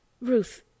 Ruth